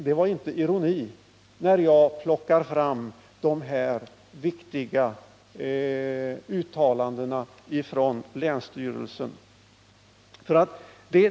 Det var inte ironi, Erik Huss, när jag tog fram de här viktiga uttalandena av länsstyrelsen.